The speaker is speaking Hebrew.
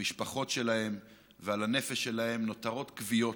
המשפחות שלהם ועל הנפש שלהם נותרות כוויות.